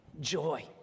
joy